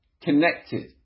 connected